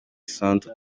centre